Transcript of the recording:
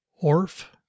ORF